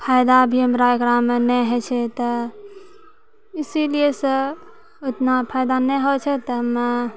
फायदा भी हमरा एकरामे नहि होइ छै तऽ इसिलियै सँ इतना फायदा नहि होइ छै तऽ एहिमे